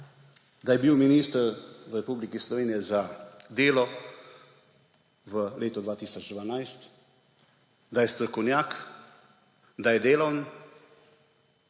da je bil minister v Republiki Sloveniji za delo v letu 2012, da je strokovnjak, da je delaven.